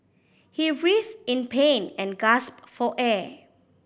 he writhed in pain and gasped for air